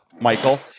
Michael